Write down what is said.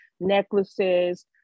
necklaces